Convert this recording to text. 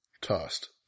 tossed